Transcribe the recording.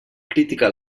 criticar